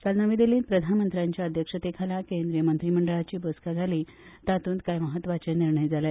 काल नवी दिल्लींत प्रधानमंत्र्याच्या अध्यक्षताये खाला केंद्रीय मंत्रीमंडळाची बसका जाली तातूंत कांय म्हत्वाचे निर्णय घेतले